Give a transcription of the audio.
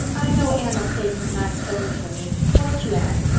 i know anne'll save some nice bones for me, won't you, anne?